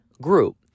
group